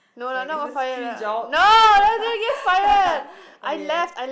so I guess that's three jobs okay